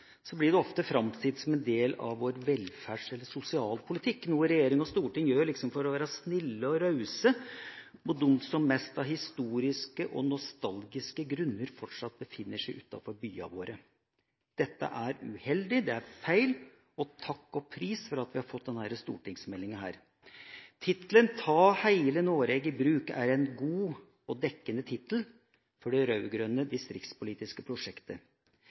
blir det ofte framstilt som en del av vår velferds- eller sosialpolitikk, noe regjering og storting gjør for å være snille og rause mot dem som mest av historiske og nostalgiske grunner fortsatt befinner seg utenfor byene våre. Dette er uheldig, det er feil – og takk og pris for at vi har fått denne stortingsmeldinga. Tittelen «Ta heile Noreg i bruk» er en god og dekkende tittel for det rød-grønne distriktspolitiske prosjektet.